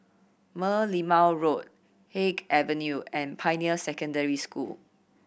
Merlimau Road Haig Avenue and Pioneer Secondary School